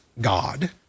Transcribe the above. god